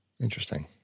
Interesting